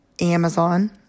Amazon